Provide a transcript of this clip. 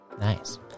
nice